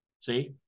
See